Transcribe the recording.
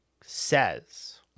says